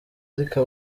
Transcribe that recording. ariko